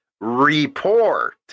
report